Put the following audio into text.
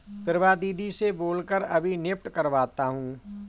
प्रभा दीदी से बोल कर अभी नेफ्ट करवाता हूं